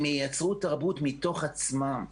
הם ייצרו תרבות מתוך עצמם,